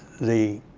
the